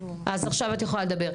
אז עכשיו את יכולה לדבר.